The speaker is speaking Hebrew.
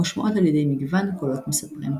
המושמעות על ידי מגוון קולות מספרים.